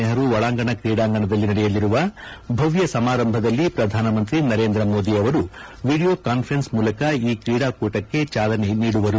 ಕಟಕ್ನ ಜವಾಪರಲಾಲ್ ನೆಪರು ಒಳಾಂಗಣ ಕ್ರೀಡಾಂಗಣದಲ್ಲಿ ನಡೆಯಲಿರುವ ಭವ್ತ ಸಮಾರಂಭದಲ್ಲಿ ಪ್ರಧಾನಮಂತ್ರಿ ನರೇಂದ್ರ ಮೋದಿ ಅವರು ವಿಡಿಯೋ ಕಾನ್ಫರೆನ್ಸ್ ಮೂಲಕ ಈ ಕ್ರೀಡಾಕೂಟಕ್ಕೆ ಜಾಲನೆ ನೀಡುವರು